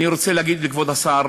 אני רוצה להגיד לכבוד השר: